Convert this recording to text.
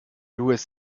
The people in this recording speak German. lewis